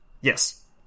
Yes